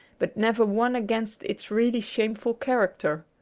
but never one against its really shameful character.